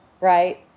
right